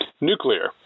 Nuclear